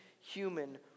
human